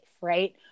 right